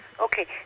Okay